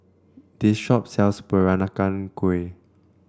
this shop sells Peranakan Kueh